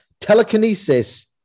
telekinesis